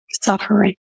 suffering